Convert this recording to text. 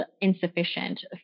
insufficient